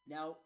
Now